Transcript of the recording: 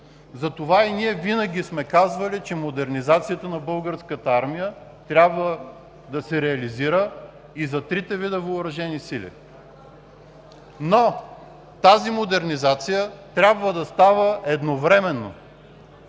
Затова и винаги сме казвали, че модернизацията на Българската армия трябва да се реализира и за трите вида въоръжени сили. Тази модернизация обаче трябва да става едновременно,